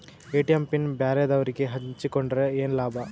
ATM pin ಬ್ಯಾರೆದವರಗೆ ಹಂಚಿಕೊಂಡರೆ ಏನು ಲಾಭ?